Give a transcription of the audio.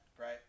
right